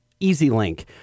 EasyLink